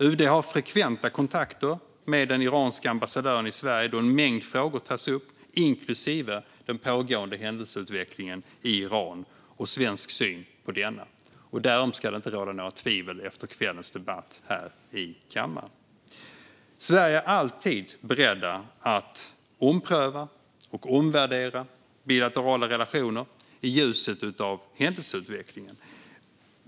UD har frekventa kontakter med den iranska ambassadören i Sverige där en mängd frågor tas upp, inklusive den pågående händelseutvecklingen i Iran och svensk syn på denna. Därom ska det inte råda några tvivel efter kvällens debatt här i kammaren. Från Sveriges sida är vi alltid beredda att ompröva och omvärdera bilaterala relationer i ljuset av händelseutvecklingen.